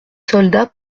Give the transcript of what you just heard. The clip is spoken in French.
soldats